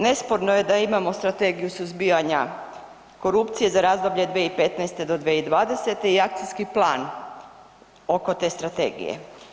Nesporno je da imamo Strategiju suzbijanja korupcije za razdoblje 2015.-2020. i akcijski plan oko te strategije.